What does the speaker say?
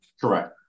Correct